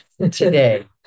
today